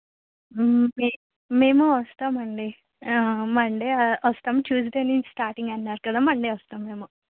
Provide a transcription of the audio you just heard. మే మేము వస్తామండి మండే వస్తాం ట్యూస్డే నుంచి స్టార్టింగ్ అన్నారు కదా మండే వస్తాం మేము